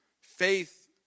Faith